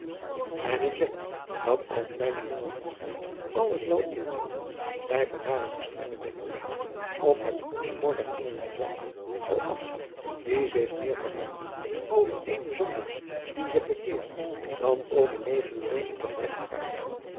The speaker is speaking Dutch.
en ik denk dat als mijne jonge vriendin alles wel indenkt zij van hare gestrenge denkwijze op het voetspoor der ngelen zelve zal afzien die zich meer verheugen over éénen zondaar die zich bekeert dan over